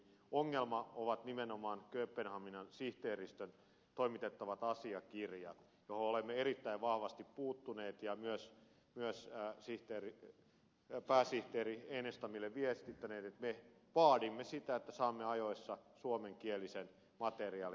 ongelma ovat nimenomaan kööpenhaminan sihteeristön toimittamat asiakirjat mihin olemme erittäin vahvasti puuttuneet ja olemme myös pääsihteeri enestamille viestittäneet että me vaadimme sitä että saamme ajoissa suomenkielisen materiaalin